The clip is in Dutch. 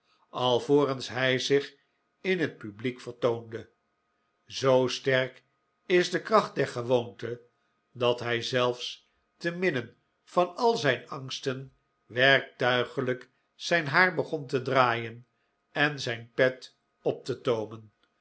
alvorens hij zich in het publiek vertoonde zoo sterk is de kracht der gewoonte dat hij zelfs te midden van al zijn angsten werktuigelijk zijn haar begon te draaien en zijn pet op te toomen